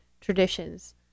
traditions